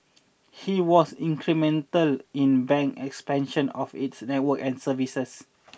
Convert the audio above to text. he was incremental in the bank's expansion of its network and services